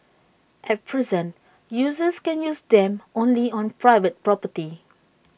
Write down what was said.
at present users can use them only on private property